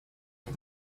for